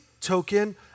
token